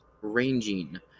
ranging